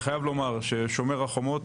אני חייב לומר ש"שומר חומות"